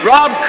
Rob